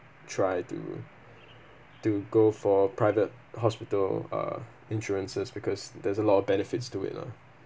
try to to go for private hospital uh insurances because there's a lot of benefits to it lah